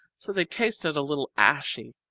so they tasted a little ashy,